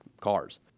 cars